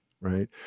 right